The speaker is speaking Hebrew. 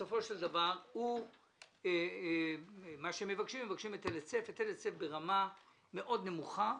בסופו של דבר הם מבקשים היטל היצף ברמה נמוכה מאוד.